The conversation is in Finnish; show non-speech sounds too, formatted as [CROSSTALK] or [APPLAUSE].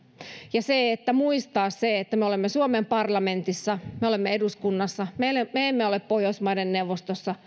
ja muistaa se että me olemme suomen parlamentissa me olemme eduskunnassa me emme ole pohjoismaiden neuvostossa [UNINTELLIGIBLE]